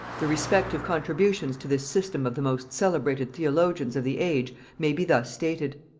the respective contributions to this system of the most celebrated theologians of the age may be thus stated.